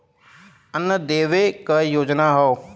अन्न देवे क योजना हव